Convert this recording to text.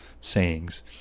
sayings